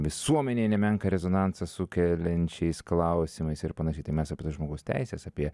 visuomenėje nemenką rezonansą sukeliančiais klausimais ir panašiai tai mes apie tas žmogaus teises apie